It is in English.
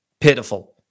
pitiful